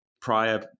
prior